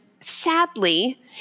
sadly